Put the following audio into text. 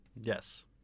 Yes